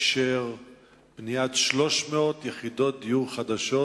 אישר בניית 300 יחידות דיור חדשות